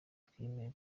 twiyemeje